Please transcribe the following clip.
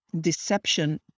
deception